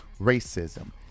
racism